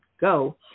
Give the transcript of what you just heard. go